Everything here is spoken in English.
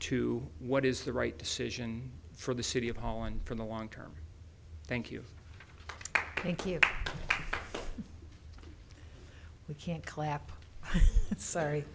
to what is the right decision for the city of holland for the long term thank you thank you we can't clap sorry